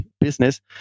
business